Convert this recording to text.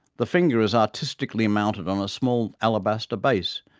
the finger is artistically mounted on a small alabaster base,